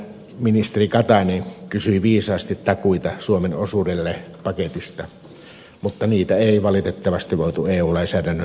valtiovarainministeri katainen kysyi viisaasti takuita suomen osuudelle paketista mutta niitä ei valitettavasti voitu eu lainsäädännön puitteissa toteuttaa